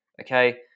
okay